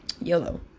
Yellow